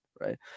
right